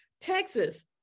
Texas